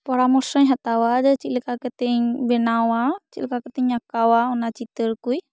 ᱯᱚᱨᱟᱢᱚᱨᱥᱚᱧ ᱦᱟᱛᱟᱣ ᱪᱮᱫ ᱞᱮᱠᱟ ᱠᱟᱛᱮᱧ ᱵᱮᱱᱟᱣᱟ ᱪᱮᱫ ᱞᱮᱠᱟ ᱠᱟᱛᱮᱧ ᱟᱠᱟᱣᱟ ᱚᱱᱟ ᱪᱤᱛᱟᱹᱨ ᱠᱚ